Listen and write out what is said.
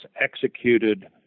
executed